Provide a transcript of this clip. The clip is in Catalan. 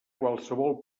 qualsevol